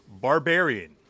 Barbarian